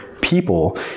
people